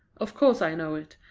of course i know it,